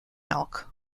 elk